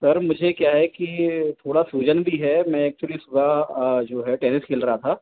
sir मुझे क्या है कि थोड़ा सूजन भी है मैं एक्चुअली सुबह जो है टेनिस खेल रहा था